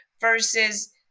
versus